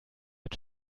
mit